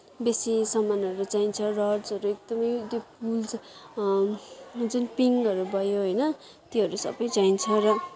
बेसी समानहरू चाहिन्छ रड्सहरू एकदमै त्यो पुल्स जुन पिङहरू भयो होइन त्योहरू सबै चाहिन्छ र